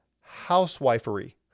housewifery